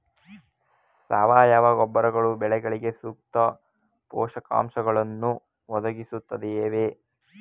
ಸಾವಯವ ಗೊಬ್ಬರಗಳು ಬೆಳೆಗಳಿಗೆ ಸೂಕ್ತ ಪೋಷಕಾಂಶಗಳನ್ನು ಒದಗಿಸುತ್ತವೆಯೇ?